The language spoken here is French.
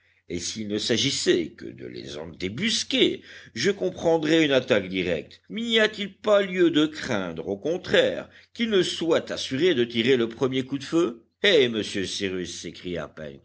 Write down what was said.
et s'il ne s'agissait que de les en débusquer je comprendrais une attaque directe mais n'y a-t-il pas lieu de craindre au contraire qu'ils ne soient assurés de tirer le premier coup de feu eh monsieur cyrus s'écria pencroff